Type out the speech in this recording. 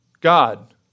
God